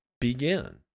begin